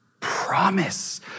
promise